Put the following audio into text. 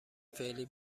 فعلی